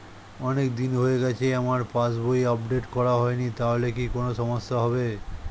অনেকদিন হয়ে গেছে আমার পাস বই আপডেট করা হয়নি তাহলে কি কোন সমস্যা হবে?